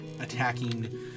attacking